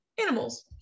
animals